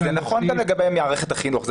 אגב, זה נכון גם לגבי מערכת החינוך.